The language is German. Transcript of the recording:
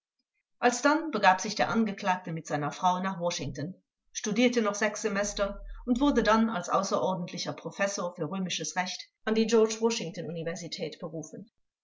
alsdann begab sich der angeklagte mit seiner frau nach washington studierte noch sechs semester und wurde dann als außerordentlicher professor für römisches recht an die st georg washington universität berufen